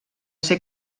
ser